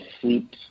sleep